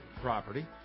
property